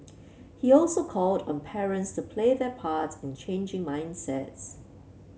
he also called on parents to play their parts in changing mindsets